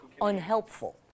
unhelpful